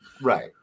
Right